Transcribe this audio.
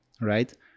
right